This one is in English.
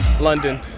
London